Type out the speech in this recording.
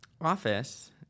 office